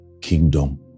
kingdom